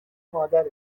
مادرش